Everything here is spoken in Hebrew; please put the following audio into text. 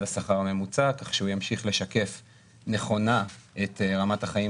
השכר הממוצע כך שהוא ימשיך לשקף נכונה את רמת החיים